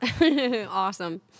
Awesome